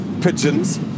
pigeons